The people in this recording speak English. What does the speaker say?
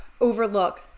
overlook